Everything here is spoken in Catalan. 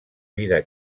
vida